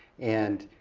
and,